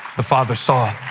the father saw,